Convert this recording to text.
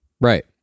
Right